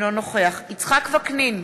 אינו נוכח יצחק וקנין,